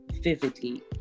vividly